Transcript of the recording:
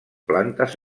plantes